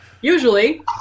Usually